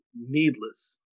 needless